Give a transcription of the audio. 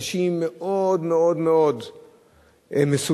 אנשים מאוד מאוד מאוד מסודרים,